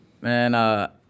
Man